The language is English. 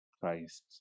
Christ